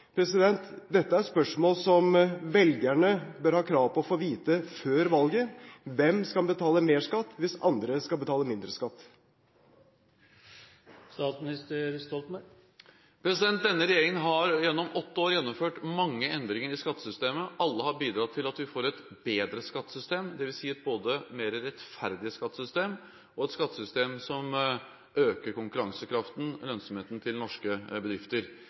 Dette er spørsmål som velgerne bør ha krav på å få vite før valget. Hvem skal betale mer skatt hvis andre skal betale mindre skatt? Denne regjeringen har gjennom åtte år gjennomført mange endringer i skattesystemet. Alle har bidratt til at vi får et bedre skattesystem, dvs. både et mer rettferdig skattesystem og et skattesystem som øker konkurransekraften og lønnsomheten til norske bedrifter.